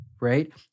right